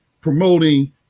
promoting